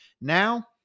Now